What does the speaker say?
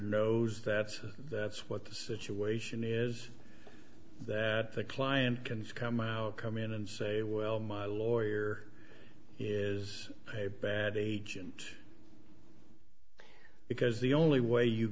knows that that's what the situation is that the client can come out come in and say well my lawyer is a bad agent because the only way you